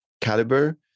caliber